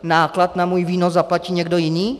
Náklad na můj výnos zaplatí někdo jiný?